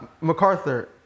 MacArthur